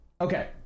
Okay